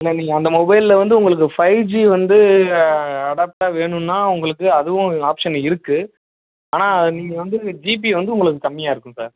இல்லை நீங்கள் அந்த மொபைலில் வந்து உங்ளுக்கு ஃபைவ்ஜி வந்து அடாப்ட்டாக வேணும்னா உங்ளுக்கு அதுவும் ஆப்ஷன் இருக்கு ஆனால் நீங்கள் வந்து ஜிபி வந்து உங்ளுக்கு கம்மியாக இருக்கும் சார்